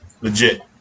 Legit